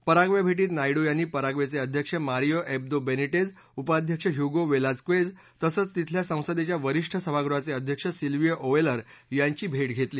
Paraguay भेटीत नायडू यांनी Paraguay अध्यक्ष मारियो एब्दो बरिटेज उपाध्यक्ष द्यूगो वेलाज़क्वेज तसंच तिथल्या संसदेच्या वरीष्ठ सभागृहाचे अध्यक्ष सिल्वियो ओवेलर यांची भेट घेतली